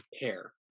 hair